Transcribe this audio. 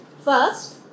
First